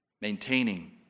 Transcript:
Maintaining